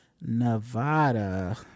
Nevada